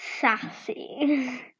sassy